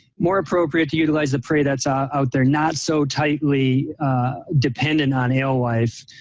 more appropriate to utilize the prey that's ah out there, not so tightly dependent on alewife,